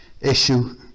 issue